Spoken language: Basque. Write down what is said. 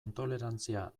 intolerantzia